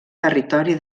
territori